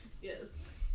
yes